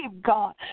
God